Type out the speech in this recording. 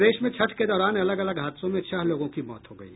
प्रदेश में छठ के दौरान अलग अलग हादसों में छह लोगों की मौत हो गयी